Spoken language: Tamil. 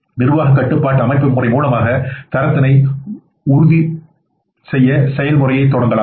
நிர்வாக கட்டுப்பாட்டு அமைப்பு முறை மூலமாக தரத்தினை உறுதிசெய்ய செயல்முறையை தொடங்கலாம்